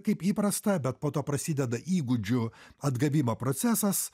kaip įprasta bet po to prasideda įgūdžių atgavimo procesas